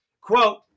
Quote